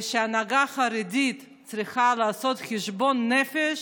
ההנהגה החרדית צריכה לעשות חשבון נפש,